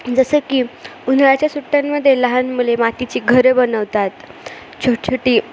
जसं की उन्हाळ्याच्या सुट्ट्यांमध्ये लहान मुले मातीची घरे बनवतात छोटी छोटी